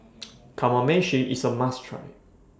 Kamameshi IS A must Try